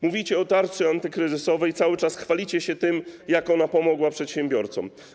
Mówicie o tarczy antykryzysowej, cały czas chwalicie się tym, jak ona pomogła przedsiębiorcom.